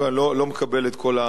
אני לא מקבל את כל האמירות.